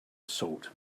assault